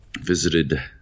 visited